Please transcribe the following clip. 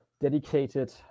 dedicated